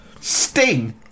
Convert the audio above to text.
Sting